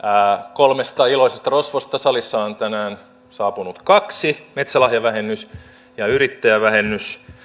kolmesta iloisesta rosvosta saliin on tänään saapunut kaksi metsälahjavähennys ja yrittäjävähennys